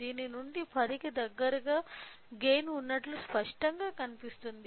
దీని నుండి ఇది 10 కి దగ్గరగా గైన్ ఉన్నట్లు స్పష్టంగా కనిపిస్తుంది